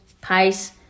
pace